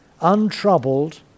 untroubled